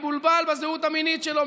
מבולבל בזהות המינית שלו,